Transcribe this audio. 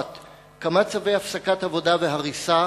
1. כמה צווי הפסקת עבודה והריסה